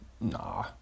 Nah